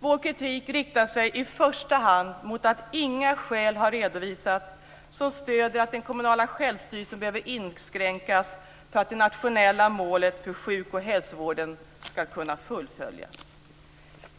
Vår kritik riktar sig i första hand mot att inga skäl har redovisats som stöder att den kommunala självstyrelsen behöver inskränkas för att det nationella målet för sjuk och hälsovården ska kunna fullföljas.